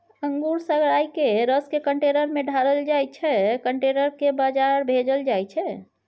अंगुर सराए केँ रसकेँ कंटेनर मे ढारल जाइ छै कंटेनर केँ बजार भेजल जाइ छै